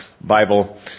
Bible